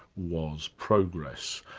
was progress.